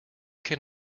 can